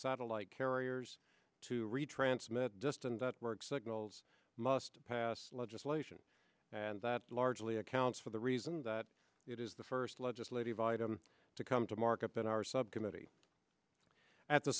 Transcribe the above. satellite carriers to retransmit distant work signals must pass legislation and that largely accounts for the reason that it is the first legislative item to come to market than our subcommittee at the